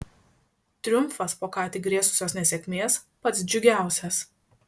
triumfas po ką tik grėsusios nesėkmės pats džiugiausias